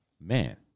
Man